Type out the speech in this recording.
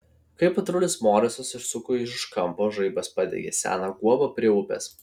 kai patrulis morisas išsuko iš už kampo žaibas padegė seną guobą prie upės